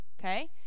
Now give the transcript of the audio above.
Okay